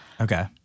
Okay